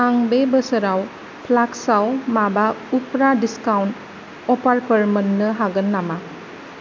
आं बे बोसोराव फ्लास्कआव माबा उफ्रा डिसकाउन्ट अफारफोर मोन्नो हागोन नामा